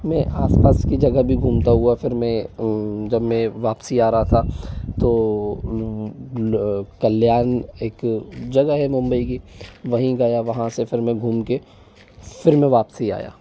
मैं आसपास की जगह भी घूमता हुआ फिर मैं जब मैं वापसी आ रहा था तो मैं कल्याण एक जगह है मुंबई की वहीं गया वहाँ से फिर मैं घूमके फिर मैं वापसी आया